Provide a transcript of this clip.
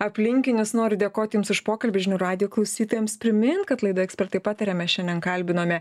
aplinkinius noriu dėkoti jums už pokalbį žinių radijo klausytojams primint kad laidoje ekspertai pataria mes šiandien kalbinome